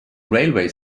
railway